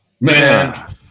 man